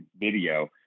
video